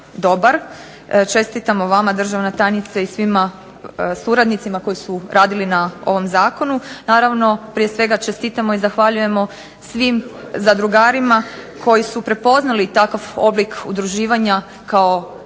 dobar, čestitamo vama državna tajnice i svim suradnicima koji su radili na ovom zakonu. Naravno prije svega čestitamo i zahvaljujemo svim zadrugarima koji su prepoznali takav oblik udruživanja kao